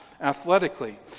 athletically